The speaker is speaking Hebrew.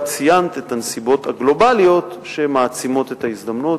את ציינת את הסיבות הגלובליות שמעצימות את ההזדמנות,